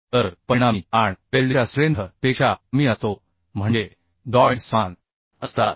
तर परिणामी ताण वेल्डच्या स्ट्रेंथ पेक्षा कमी असतो म्हणजे जॉइंट समान असतात